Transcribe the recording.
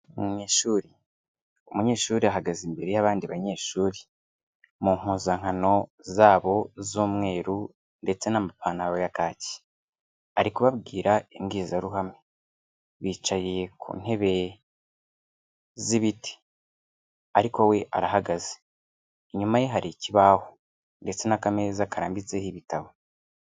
Mu ishuri, umunyeshuri ahagaze imbere y'abandi banyeshuri, mu mpuzankano zabo z'umweru ndetse n'amapantaro ya kaki, ari kubabwira imbwizaruhame, bicaye ku ntebe z'ibiti, ariko we arahagaze, inyuma ye hari ikibaho ndetse n'akameza karambitseho ibitabo.